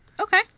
Okay